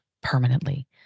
permanently